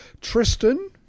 Tristan